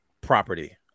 property